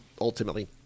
ultimately